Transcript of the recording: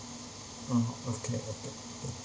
oh okay okay K